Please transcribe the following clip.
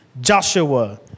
Joshua